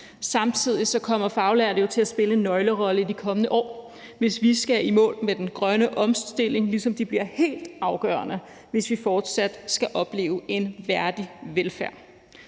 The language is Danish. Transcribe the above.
Samtidig kommer faglærte jo til at spille en nøglerolle i de kommende år, hvis vi skal i mål med den grønne omstilling, ligesom de bliver helt afgørende, hvis vi fortsat skal opleve en værdig velfærd.